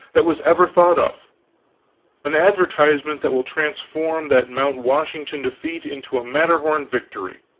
that was ever thought of an advertisement that will transform that mount washington defeat into a matterhorn victory.